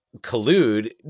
collude